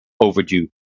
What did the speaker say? overdue